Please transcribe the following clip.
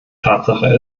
tatsache